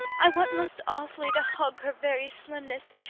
i want most awfully to hug her very slimness,